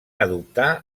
adoptar